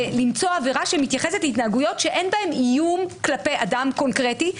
למצוא עבירה שמתייחסת להתנהגויות שאין בהן איום כלפי אדם קונקרטי,